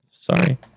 sorry